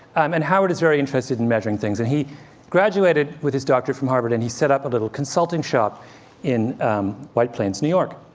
um and howard is very interested in measuring things. and he graduated with his doctorate from harvard, and he set up a little consulting shop in white plains, new york.